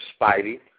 Spidey